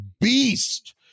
beast